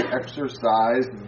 exercise